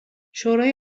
شورای